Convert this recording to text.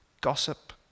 Gossip